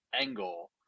angle